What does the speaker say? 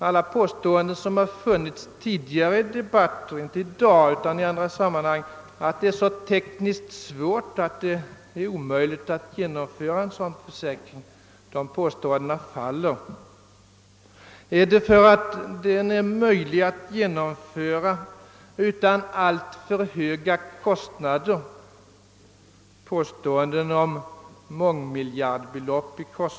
Alla i tidigare debatter gjorda påståenden — inte i dag utan i andra sammanhang — om att det föreligger sådana tekniska svårigheter att genomföra en sådan försäkring att det är omöjligt faller. Är herr Bengtsson irriterad för att det visats att en sådan försäkring är möjlig att genomföra utan alltför höga kostnader? Påståenden om kostnader på mångmiljardbelopp faller.